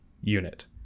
unit